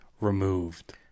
removed